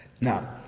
Now